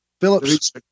Phillips